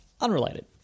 unrelated